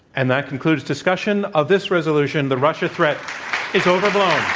and that concludes discussion of this resolution, the russian threat is overblown.